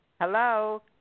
Hello